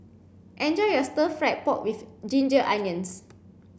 enjoy your stir fried pork with ginger onions